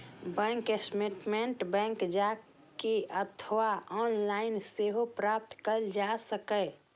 bank statement bank जाए के अथवा ऑनलाइन सेहो प्राप्त कैल जा सकैए